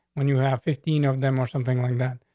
when you have fifteen of them or something like that,